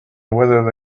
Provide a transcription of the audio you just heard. whether